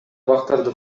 бактарды